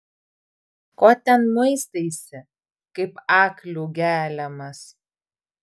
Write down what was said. ko ten muistaisi kaip aklių geliamas